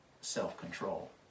self-control